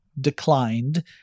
declined